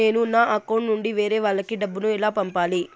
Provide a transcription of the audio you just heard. నేను నా అకౌంట్ నుండి వేరే వాళ్ళకి డబ్బును ఎలా పంపాలి?